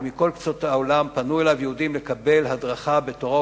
ומכל קצות העולם פנו אליו יהודים לקבל הדרכה בתורה,